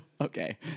Okay